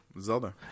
Zelda